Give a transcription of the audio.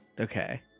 Okay